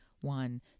one